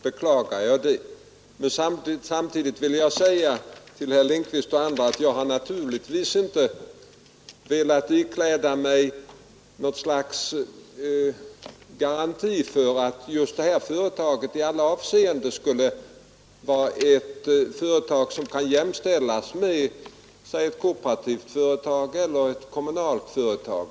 Men jag vill samtidigt säga till herr Lindkvist och andra att jag naturligtvis inte har velat ikläda mig något slags garanti för att just det här företaget i alla avseenden skulle kunna jämställas med ett kooperativt eller kommunalt företag.